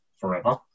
forever